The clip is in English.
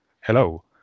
Hello